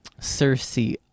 Cersei